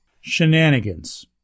Shenanigans